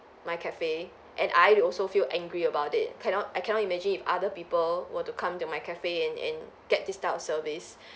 my cafe and I also feel angry about it cannot I cannot imagine if other people were to come to my cafe and and get this type of service